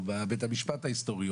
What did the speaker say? או בבית המשפט ההיסטורי,